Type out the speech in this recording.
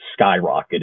skyrocketed